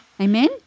amen